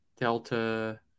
Delta